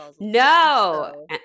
no